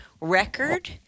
record